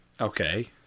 Okay